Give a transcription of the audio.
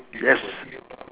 yes